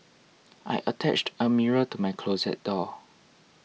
I attached a mirror to my closet door